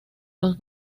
los